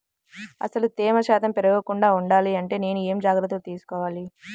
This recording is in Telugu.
అసలు తేమ శాతం పెరగకుండా వుండాలి అంటే నేను ఎలాంటి జాగ్రత్తలు తీసుకోవాలి?